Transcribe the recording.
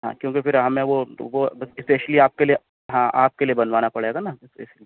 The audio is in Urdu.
ہاں کیونکہ پھر ہمیں وہ وہ اسپیشلی آپ کے لیے ہاں آپ کے لیے بنوانا پڑے گا نا اسپیشلی